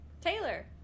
Taylor